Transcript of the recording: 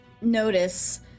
notice